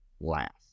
last